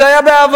זה היה בעבר,